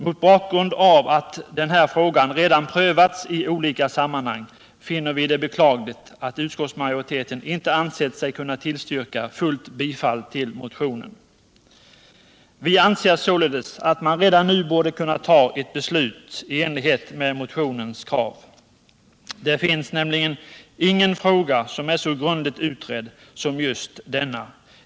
Mot bakgrund av att den här frågan redan prövats i olika sammanhang finner vi det beklagligt att utskottsmajoriteten inte ansett sig kunna tillstyrka fullt bifall till motionen. Vi anser således att man redan nu borde kunna fatta ett beslut i enlighet med motionens krav. Det finns nämligen ingen fråga som är så grundligt utredd som just denna.